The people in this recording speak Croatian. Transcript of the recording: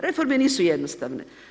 Reforme nisu jednostavne.